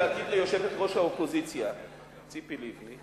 להגיד ליושבת-ראש האופוזיציה ציפי לבני,